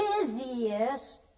busiest